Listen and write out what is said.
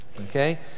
Okay